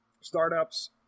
startups